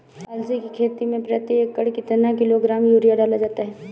अलसी की खेती में प्रति एकड़ कितना किलोग्राम यूरिया डाला जाता है?